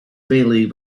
bailey